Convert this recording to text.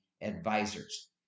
advisors